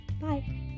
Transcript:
Bye